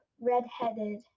redheaded